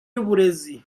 y’uburezi